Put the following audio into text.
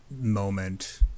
moment